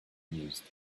mused